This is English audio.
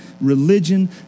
religion